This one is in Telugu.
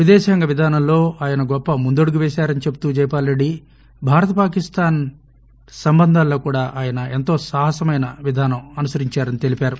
విదేశాంగవిధానంలో ఆయనగొప్పముందడుగుపేశారనిచెబుతుజైపాల్రెడ్డి భారత పాకిస్థాన్నంబంధాల్లో కూడాఆయనఎంతో సాహాసమైనవిధానంఅనుసరించారనిచెప్పారు